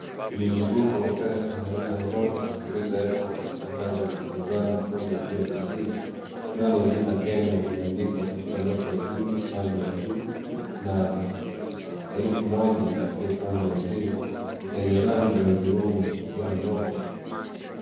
Mzunduko wa pesa aina ya noti zilizoekwa katika hali ya kukinzano moja juu ya nyingine nalo jina Kenya katika noti ya juu upande wa juu na elfu moja katika pande ya chini yenye rangi ya hudhurungi kila noti.